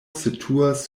situas